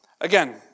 Again